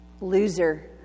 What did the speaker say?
loser